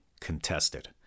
contested